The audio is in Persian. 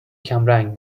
کمرنگ